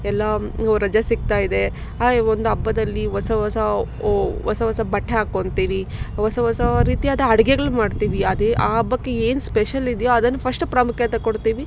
ಎಲ್ಲ ರಜೆ ಸಿಕ್ತಾ ಇದೆ ಹಾಗೆ ಒಂದು ಹಬ್ಬದಲ್ಲಿ ಹೊಸ ಹೊಸ ಓಹ್ ಹೊಸ ಹೊಸ ಬಟ್ಟೆ ಹಾಕೋತಿವಿ ಹೊಸ ಹೊಸ ರೀತಿಯಾದ ಅಡ್ಗೆಗಳು ಮಾಡ್ತೀವಿ ಅದೇ ಆ ಹಬ್ಬಕ್ಕೆ ಏನು ಸ್ಪೆಷಲ್ ಇದೆಯೋ ಅದನ್ನು ಫಸ್ಟ್ ಪ್ರಾಮುಖ್ಯತೆ ಕೊಡ್ತೀವಿ